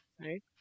Right